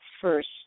first